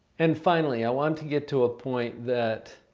and finally, i want to get to a point that